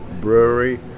brewery